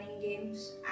games